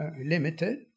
limited